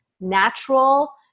natural